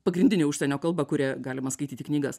pagrindinė užsienio kalba kuria galima skaityti knygas